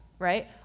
right